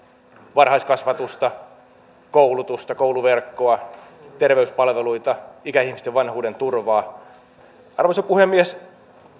varhaiskasvatusta koulutusta kouluverkkoa terveyspalveluita ikäihmisten vanhuuden turvaa arvoisa puhemies